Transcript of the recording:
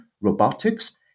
robotics